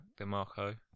DeMarco